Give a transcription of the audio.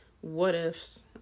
what-ifs